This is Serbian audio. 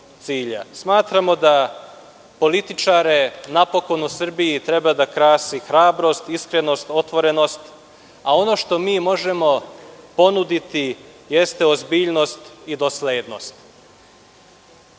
Smatramo da političare napokon u Srbiji treba da krasi hrabrost, iskrenost i otvorenost. Ono što mi možemo ponuditi jeste ozbiljnost i doslednost. Mi